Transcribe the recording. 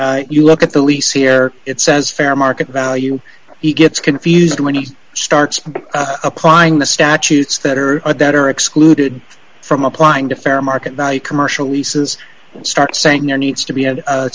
look at the lease here it says fair market value he gets confused when he starts applying the statutes that are at that are excluded from applying to fair market value commercial leases start saying there needs to be a